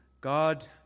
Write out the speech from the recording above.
God